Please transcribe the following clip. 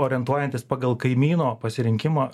orientuojantis pagal kaimyno pasirinkimą